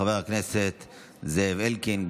חבר הכנסת זאב אלקין,